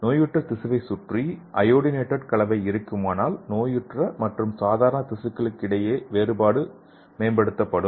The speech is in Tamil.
நோயுற்ற திசுவை சுற்றி அயோடினேட்டட் கலவை இருக்குமானால் நோயுற்ற மற்றும் சாதாரண திசுக்களுக்கு இடையிலான வேறுபாடு மேம்படுத்தப்படும்